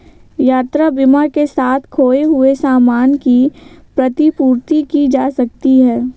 यात्रा बीमा के साथ खोए हुए सामान की प्रतिपूर्ति की जा सकती है